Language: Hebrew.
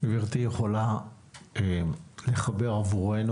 גברתי יכולה לחבר בשבילנו,